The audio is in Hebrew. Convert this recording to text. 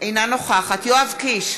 אינה נוכחת יואב קיש,